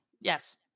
Yes